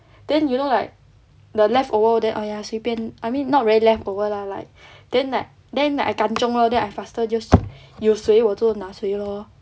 then you know like the leftover then !aiya! 随便 I mean not really leftover lah like then like then I kanchiong lor then I faster just 有谁我就拿谁 lor